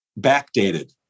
backdated